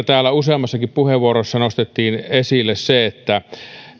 täällä useammassakin puheenvuorossa nostettiin esille se että